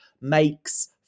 makes